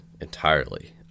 entirely